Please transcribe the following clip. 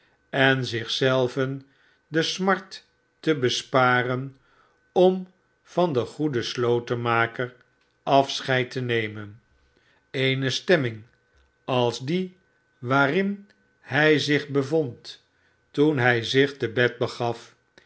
en zich zelven de smart te besparen om van den goeden slotenmaker afscheid te nemen eene stemming als die waarin hij zich bevond toen hij zich te bed begaf